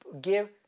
give